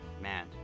man